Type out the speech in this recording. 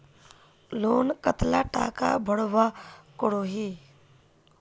Loan कतला टाका भरवा करोही?